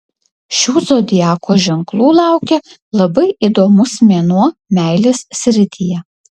šių zodiako ženklų laukia labai įdomus mėnuo meilės srityje